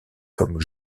comme